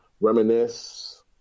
reminisce